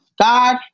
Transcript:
God